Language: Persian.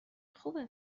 خوبه